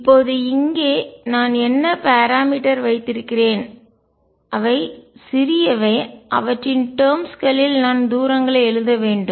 இப்போது இங்கே நான் என்ன பராமீட்டர் அளவுருக்கள் வைத்திருக்கிறேன் அவை சிறியவை அவற்றின் டேர்ம்ஸ் களில் நான் தூரங்களை எழுத வேண்டும்